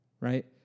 right